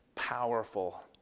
powerful